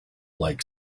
like